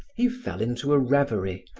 he fell into a revery,